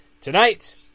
Tonight